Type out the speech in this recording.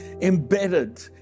embedded